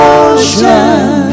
ocean